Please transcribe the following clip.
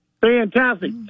Fantastic